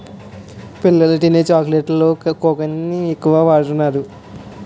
పిల్లలు తినే చాక్లెట్స్ లో కోకాని ఎక్కువ వాడుతున్నారు